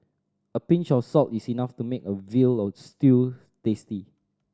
a pinch of salt is enough to make a veal of stew tasty